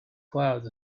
clouds